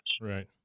Right